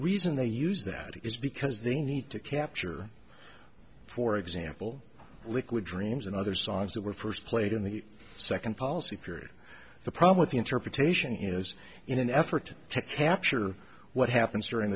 reason they use that is because they need to capture for example liquid dreams and other songs that were first played in the second policy period the problem with the interpretation is in an effort to capture what happens during